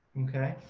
okay.